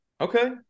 Okay